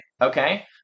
okay